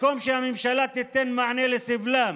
במקום שהממשלה תיתן מענה לסבלם